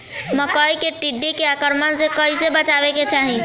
मकई मे टिड्डी के आक्रमण से कइसे बचावे के चाही?